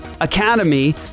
Academy